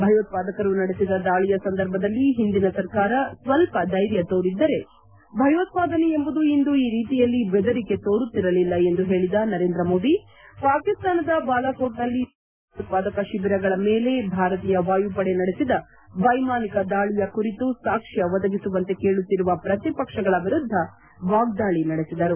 ಭಯೋತ್ಪಾದಕರು ನಡೆಸಿದ ದಾಳಿಯ ಸಂದರ್ಭದಲ್ಲಿ ಒಂದಿನ ಸರ್ಕಾರ ಸ್ವಲ್ಪ ಧೈರ್ಯ ತೋರಿದ್ದರೆ ಭಯೋತ್ಪಾದನೆ ಎಂಬುದು ಇಂದು ಈ ರೀತಿಯಲ್ಲಿ ಬೆದರಿಕೆ ತೋರುತ್ತಿರಲಿಲ್ಲ ಎಂದು ಹೇಳಿದ ನರೇಂದ್ರ ಮೋದಿ ಪಾಕಿಸ್ತಾನದ ಬಾಲಾಕೋಟ್ನಲ್ಲಿ ಜೈಷ ಎ ಮೊಪಮ್ಮದ್ ಭಯೋತ್ಪಾದಕ ಶಿಬಿರಗಳ ಮೇಲೆ ಭಾರತೀಯ ವಾಯು ಪಡೆ ನಡೆಸಿದ ವೈಮಾನಿಕ ದಾಳಿಯ ಕುರಿತು ಸಾಕ್ಷ್ಯ ಒದಗಿಸುವಂತೆ ಕೇಳುತ್ತಿರುವ ಪ್ರತಿಪಕ್ಷಗಳ ವಿರುದ್ಧ ವಾಗ್ದಾಳಿ ನಡೆಸಿದರು